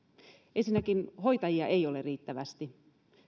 ensinnäkin hoitajia ei ole riittävästi